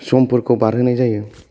समफोरखौ बारहोनाय जायो